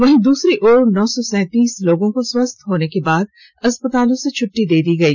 वहीं दूसरी ओर नौ सौ सैंतीस लोगों को स्वस्थ होने के बाद अस्पतालों से छट्टी दे दी गई